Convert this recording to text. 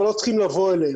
אבל לא צריכים לבוא אליהם,